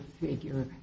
figure